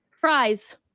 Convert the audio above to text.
Fries